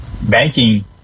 banking